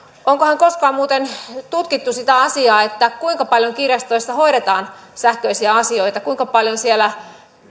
onkohan koskaan muuten tutkittu sitä asiaa kuinka paljon kirjastoissa hoidetaan sähköisiä asioita kuinka paljon siellä